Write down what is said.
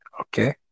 Okay